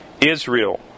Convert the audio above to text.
Israel